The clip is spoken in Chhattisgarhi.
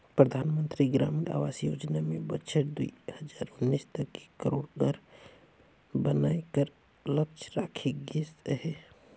परधानमंतरी ग्रामीण आवास योजना में बछर दुई हजार उन्नीस तक एक करोड़ घर बनाए कर लक्छ राखे गिस अहे